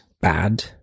bad